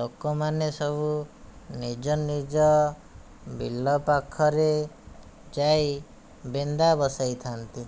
ଲୋକମାନେ ସବୁ ନିଜ ନିଜ ବିଲ ପାଖରେ ଯାଇ ବିନ୍ଦ ବସାଇଥାନ୍ତି